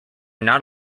not